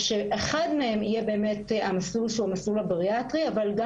שאחד מהם יהיה המסלול הבריאטרי אבל גם